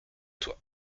toi